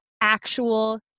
actual